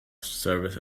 service